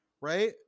right